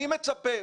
אני מצפה,